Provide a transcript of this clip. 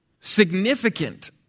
significant